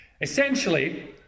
essentially